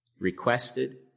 requested